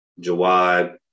Jawad